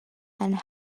and